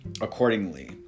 accordingly